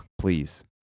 Please